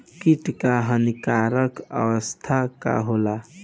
कीट क हानिकारक अवस्था का होला?